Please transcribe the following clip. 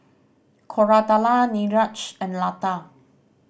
Koratala Niraj and Lata